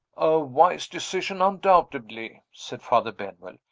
a wise decision, undoubtedly, said father benwell.